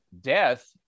death